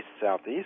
southeast